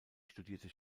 studierte